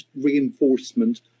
reinforcement